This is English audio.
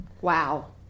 Wow